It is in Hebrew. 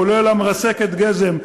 כולל מרסקת הגזם,